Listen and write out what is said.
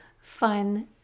fun